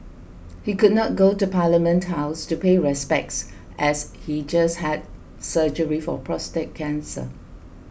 he could not go to Parliament House to pay respects as he just had surgery for prostate cancer